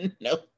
No